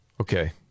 Okay